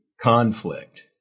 conflict